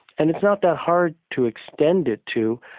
and it's not that hard to extend it to,